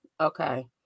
Okay